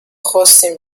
خواستیم